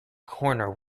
corner